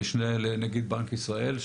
המשנה לנגיד בנק ישראל.